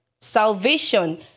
Salvation